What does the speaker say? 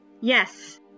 Yes